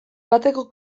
bateko